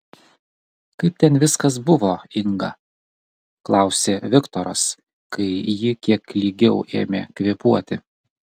kaip ten viskas buvo inga klausė viktoras kai ji kiek lygiau ėmė kvėpuoti